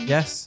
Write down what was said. Yes